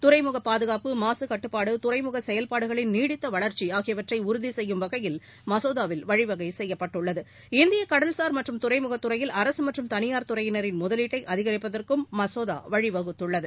துறைமுக பாதுகாப்பு மாககட்டுப்பாடு துறைமுக செயல்பாடுகளின் நீடித்தவளர்ச்சி ஆகியவற்றை உறுதிசெய்யும் வகையில் மசோதாவில் வழிவகை செய்யப்பட்டுள்ளது இந்திய கடல்சார் மற்றும் துறைமுக துறையில் அரசுமற்றும் தனியார் துறையினரின் முதலீட்டை அதிகரிப்பதற்கும் மகோதா வழிவகுத்துள்ளது